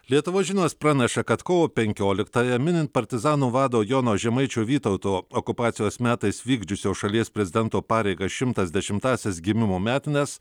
lietuvos žinios praneša kad kovo penkioliktąją minint partizanų vado jono žemaičio vytauto okupacijos metais vykdžiusio šalies prezidento pareigas šimtas dešimtąsias gimimo metines